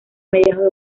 mediados